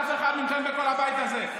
אף אחד מכם בכל הבית הזה.